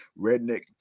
redneck